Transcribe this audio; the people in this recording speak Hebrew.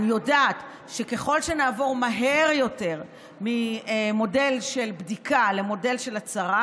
אני יודעת שככל שנעבור מהר יותר ממודל של בדיקה למודל של הצהרה,